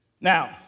Now